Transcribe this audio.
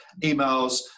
Emails